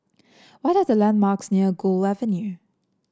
what are the landmarks near Gul Avenue